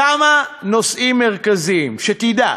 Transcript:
כמה נושאים מרכזיים, שתדע.